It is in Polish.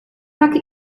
tak